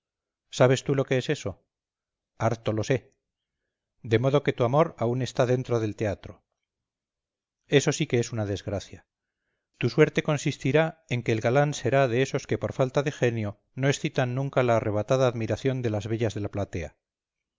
sabes tú lo que es eso harto lo sé de modo que tu amor aún está dentro del teatro eso sí que es una desgracia tu suerte consistirá en que el galán será de esos que por falta de genio no excitan nunca la arrebatada admiración de las bellas de la platea